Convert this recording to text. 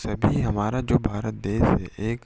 सभी हमारा जो भारत देश एक